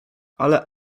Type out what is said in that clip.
ale